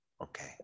Okay